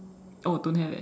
oh don't have eh